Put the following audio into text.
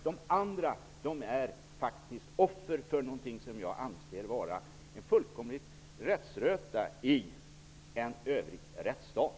Om inte, är man offer för något som jag anser vara fullkomlig rättsröta i en rättsstat.